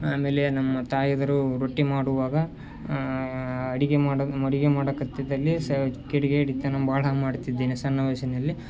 ಆಮೇಲೆ ನಮ್ಮ ತಾಯಂದಿರು ರೊಟ್ಟಿ ಮಾಡುವಾಗ ಅಡುಗೆ ಮಾಡಕ್ಕೆ ಅಡುಗೆ ಮಾಡಕ್ಕೆ ಹತ್ತಿದಲ್ಲಿ ಕಿಡಿಗೇಡಿತನ ಬಹಳ ಮಾಡುತ್ತಿದ್ದೇನೆ ಸಣ್ಣವಯಸ್ಸಿನಲ್ಲಿ